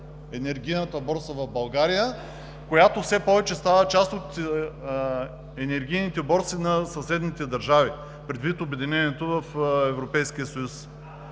Енергийната борса в България, която все повече става част от енергийните борси на съседните държави, предвид обединението в Европейския съюз.